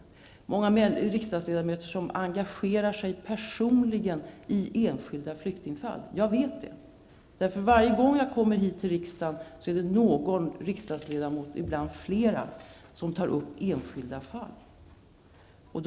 Det finns många riksdagsledamöter som engagerar sig personligen i enskilda flyktingfall. Jag vet det. Varje gång jag kommer till riksdagen är det någon riksdagsledamot, ibland flera, som tar upp enskilda fall till diskussion.